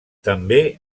també